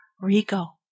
Rico